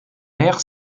aire